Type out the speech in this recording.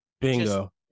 Bingo